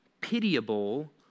pitiable